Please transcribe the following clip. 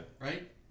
Right